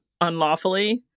unlawfully